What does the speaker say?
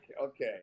Okay